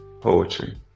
poetry